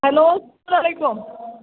hello السلام علیکُم